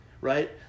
Right